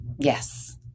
Yes